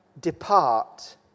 depart